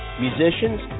musicians